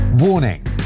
Warning